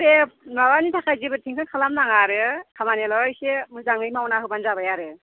दे माबानि थाखाय जेबो थेनसन खालामनाङा आरो खामानिआल' एसे मोजाङै मावना होबानो जाबाय आरो